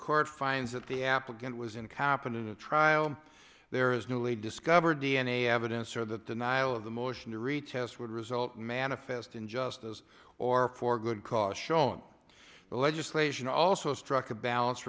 court finds that the applicant was in capital of the trial there is no way discovered d n a evidence or the denial of the motion to retest would result manifest injustice or for good cause shown the legislation also struck a balance